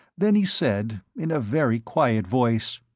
then he said, in a very quiet voice,